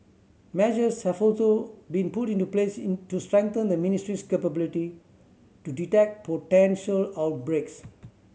measures have also been put into place into strengthen the ministry's capability to detect potential outbreaks